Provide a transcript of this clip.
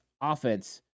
offense